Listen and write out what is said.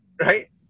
Right